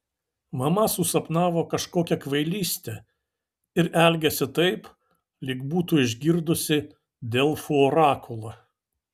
mama susapnavo kažkokią kvailystę ir elgiasi taip lyg būtų išgirdusi delfų orakulą